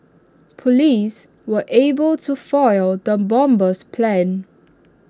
Police were able to foil the bomber's plans